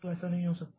तो ऐसा नहीं हो सकता